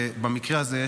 ובמקרה הזה,